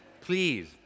Please